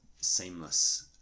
seamless